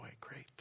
great